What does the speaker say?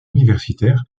universitaire